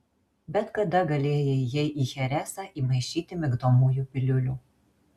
bet kada galėjai jai į cheresą įmaišyti migdomųjų piliulių